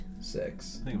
Six